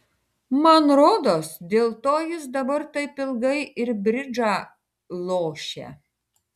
man rodos dėl to jis dabar taip ilgai ir bridžą lošia